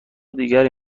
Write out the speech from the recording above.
دیگری